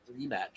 rematch